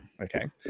okay